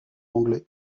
anglais